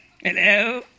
hello